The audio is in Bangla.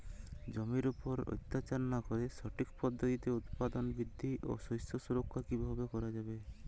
জমির উপর অত্যাচার না করে সঠিক পদ্ধতিতে উৎপাদন বৃদ্ধি ও শস্য সুরক্ষা কীভাবে করা যাবে?